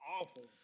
awful